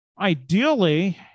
Ideally